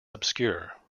obscure